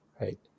Right